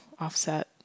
offset